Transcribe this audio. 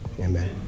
Amen